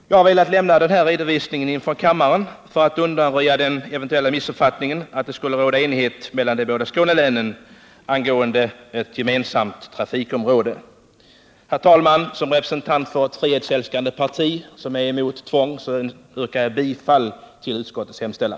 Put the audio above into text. Jag har velat lämna denna redovisning inför kammaren för att undanröja den eventuella missuppfattningen att det skulle råda enighet mellan de båda Skånelänen angående ett gemensamt trafikområde. Herr talman! Som representant för ett frihetsälskande parti som är mot tvång yrkar jag bifall till utskottets hemställan.